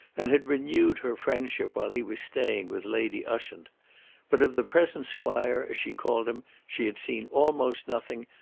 and had renewed her friendship while he was staying with lady ushant but of the present squire, as she called him, she had seen almost nothing,